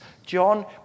John